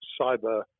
cyber